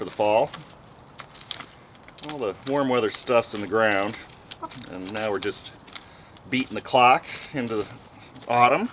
for the fall a little warm weather stuff in the ground and now we're just beating the clock into the autumn